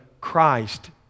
Christ